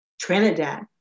Trinidad